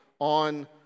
on